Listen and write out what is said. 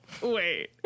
Wait